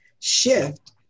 shift